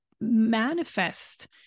manifest